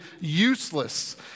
useless